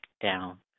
down